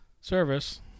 service